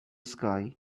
sky